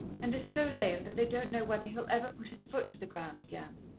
and is so lame that they don't know whether he'll ever put his foot to the ground again.